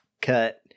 cut